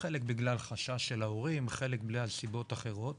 חלק בגלל חשש של ההורים, חלק בגלל סיבות אחרות,